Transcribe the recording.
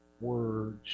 words